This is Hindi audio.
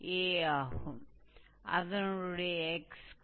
तो अब हमें इस बिंदु से इस बिंदु तक आर्क की लंबाई की गणना करना होगा